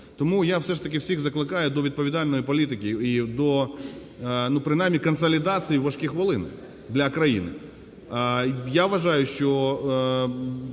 Тому я все ж таки всіх закликаю до відповідальної політики і до, ну, принаймні, консолідації у важкі хвилини для країни. Я вважаю, що